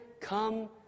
come